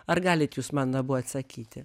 ar galit jūs man abu atsakyti